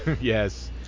Yes